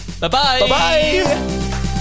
Bye-bye